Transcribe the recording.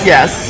Yes